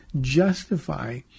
justify